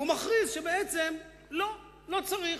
ומכריז שבעצם לא, לא צריך.